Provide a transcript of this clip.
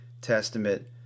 Testament